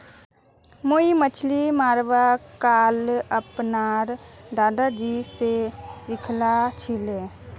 मुई मछली मरवार कला अपनार दादाजी स सीखिल छिले